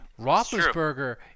Roethlisberger